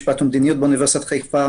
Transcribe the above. משפט ומדיניות באוניברסיטת חיפה,